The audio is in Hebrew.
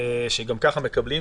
שגם ככה מקבלים,